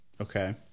Okay